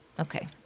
okay